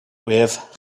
with